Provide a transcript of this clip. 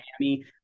Miami